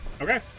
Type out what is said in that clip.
Okay